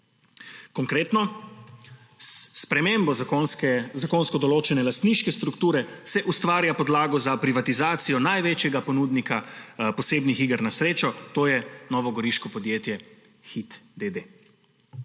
Konkretno, s spremembo zakonsko določene lastniške strukture se ustvarja podlaga za privatizacijo največjega ponudnika posebnih iger na srečo, to je novogoriško podjetje Hit, d.